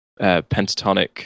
pentatonic